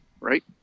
Right